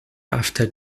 after